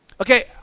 Okay